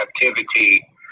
captivity